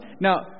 Now